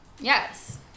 Yes